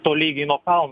tolygiai nuo kalno